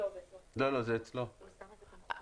בסופו של